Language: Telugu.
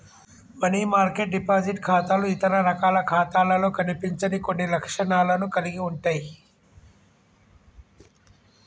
మనీ మార్కెట్ డిపాజిట్ ఖాతాలు ఇతర రకాల ఖాతాలలో కనిపించని కొన్ని లక్షణాలను కలిగి ఉంటయ్